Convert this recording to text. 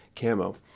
camo